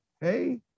hey